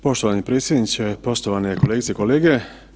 Poštovani predsjedniče, poštovane kolegice i kolege.